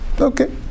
Okay